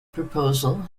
proposal